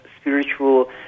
spiritual